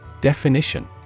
Definition